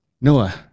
noah